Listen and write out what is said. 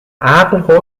عقل